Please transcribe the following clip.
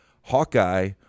Hawkeye